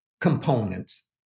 components